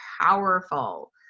powerful